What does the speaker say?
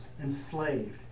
enslaved